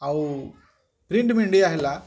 ଆଉ print media ହେଲା